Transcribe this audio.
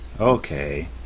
Okay